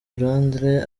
londres